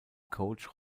coach